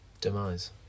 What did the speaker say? Demise